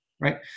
right